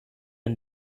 and